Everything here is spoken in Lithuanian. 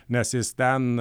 nes jis ten